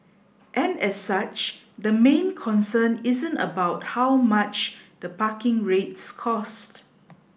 and as such the main concern isn't about how much the parking rates cost